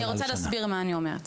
אני רוצה להסביר מה אני אומרת.